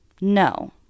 No